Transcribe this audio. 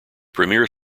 premier